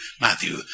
Matthew